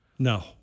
No